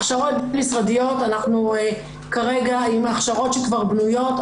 הכשרות משרדיות אנחנו כרגע עם ההכשרות שכבר בנויות,